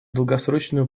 долгосрочную